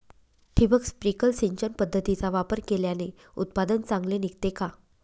ठिबक, स्प्रिंकल सिंचन पद्धतीचा वापर केल्याने उत्पादन चांगले निघते का?